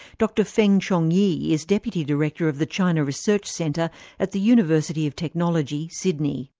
dr feng chongyi is deputy director of the china research centre at the university of technology, sydney.